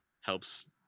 helps